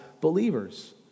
believers